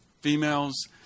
females